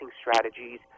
Strategies